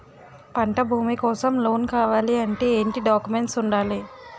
పంట భూమి కోసం లోన్ కావాలి అంటే ఏంటి డాక్యుమెంట్స్ ఉండాలి?